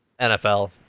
NFL